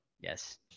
yes